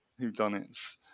whodunits